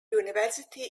university